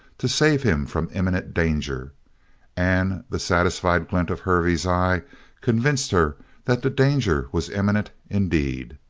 to save him from imminent danger and the satisfied glint of hervey's eye convinced her that the danger was imminent indeed.